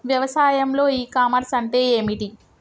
వ్యవసాయంలో e commerce అంటే ఏమిటి?